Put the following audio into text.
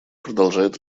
продолжает